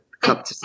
cup